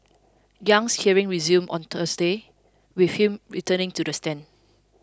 Yang's hearing resumes on Thursday with him returning to the stand